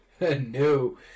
No